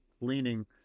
leaning